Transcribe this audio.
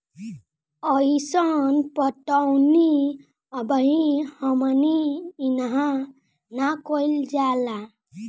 अइसन पटौनी अबही हमनी इन्हा ना कइल जाला